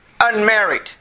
unmarried